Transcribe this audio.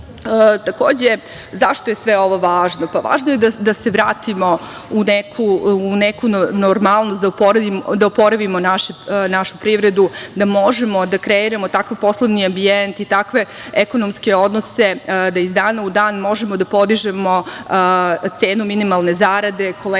Kruševcu.Zašto je sve ovo važno? Važno je da se vratimo u neku normalnost, da oporavimo našu privredu, da možemo da kreiramo takav poslovni ambijent i takve ekonomske odnose, da iz dana u dan možemo da podižemo cenu minimalne zarade. Kolega